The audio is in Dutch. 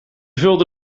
vulde